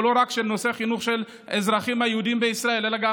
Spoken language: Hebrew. לא רק של נושא חינוך של האזרחים היהודים בישראל אלא גם